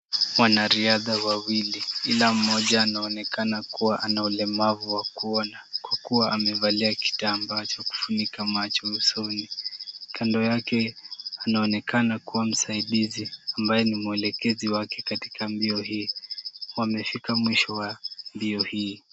Wanariadha wawili, ila mmoja anaonekana kuwa ana ulemavu wa kuona, kwa kuwa amevalia kitambaa cha kufunika macho usoni. Kando yake anaonekana kuwa msaidizi, ambaye ni mwelekezi wake katika mbio hii. Wamefika mwisho wa mbio hii.